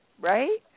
right